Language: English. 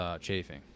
chafing